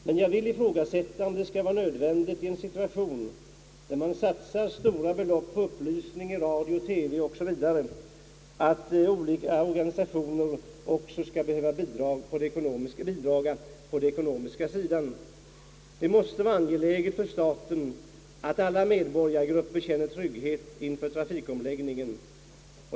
Men jag vill ifrågasätta om det skall vara nödvändigt i en situation, där man satsar stora belopp på upplysning i radio och TV 0. s. Vv., att också olika organisationer skall behöva bidraga ekono miskt. Det måste vara angeläget för staten att alla medborgargrupper känner trygghet inför trafikomläggningen.